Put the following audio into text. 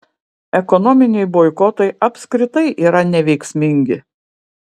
ekonominiai boikotai apskritai yra neveiksmingi